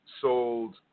sold